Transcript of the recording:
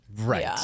Right